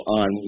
on